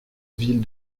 ville